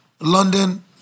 London